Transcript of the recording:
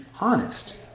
honest